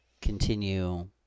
continue